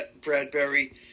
Bradbury